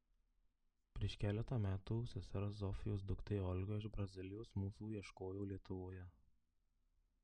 prieš keletą metų sesers zofijos duktė olga iš brazilijos mūsų ieškojo lietuvoje